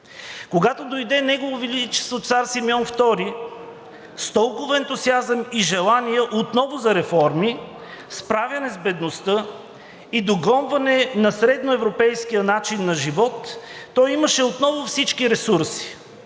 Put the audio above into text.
Когато дойде Негово величество цар Симеон Втори с толкова ентусиазъм и желание отново за реформи, справяне с бедността и догонване на средноевропейския начин на живот, той имаше отново всички ресурси,